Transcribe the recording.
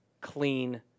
clean